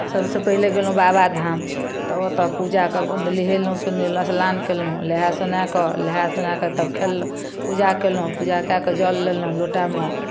सभसँ पहिले गेलहुँ बाबाधाम तऽ ओतय पूजा कऽ नहेलहुँ सुनेलहुँ स्नान कयलहुँ नहाए सुनाए कऽ नहाए सुनाए कऽ तब खयलहुँ पूजा कयलहुँ पूजा कए कऽ जल लेलहुँ लोटामे